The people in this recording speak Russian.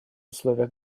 условиях